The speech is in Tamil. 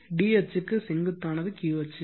d அச்சுக்கு செங்குத்தானது q அச்சு